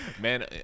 Man